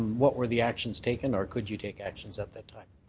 what were the actions taken or could you take actions at that time?